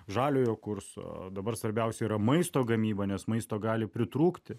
žaliojo kurso dabar svarbiausia yra maisto gamyba nes maisto gali pritrūkti